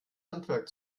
handwerk